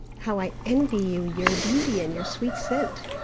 how i envy you your beauty and your sweet scent!